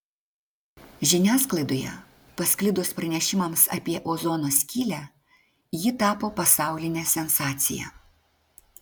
žiniasklaidoje pasklidus pranešimams apie ozono skylę ji tapo pasauline sensacija